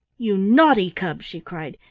you naughty cub, she cried,